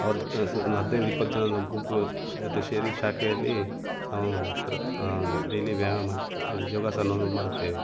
ಅವ್ರು ಒಂದು ಹದಿನೈದು ಇಪ್ಪತ್ತು ಜನದ ಒಂದು ಗುಂಪು ಜೊತೆ ಸೇರಿ ಶಾಖೆಯಲ್ಲಿ ನಾವು ಥರ ಡೈಲಿ ವ್ಯಾಯಾಮ ಮಾಡ್ತಾ ಅಂದರೆ ಯೋಗಾಸನವನ್ನು ಮಾಡುತ್ತೇವೆ